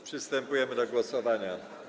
Przystępujemy do głosowania.